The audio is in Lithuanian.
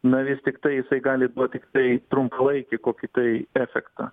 na vis tiktai jisai gali duot tiktai trumpalaikį kokį tai efektą